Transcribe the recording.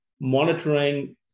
monitoring